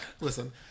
listen